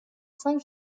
cinq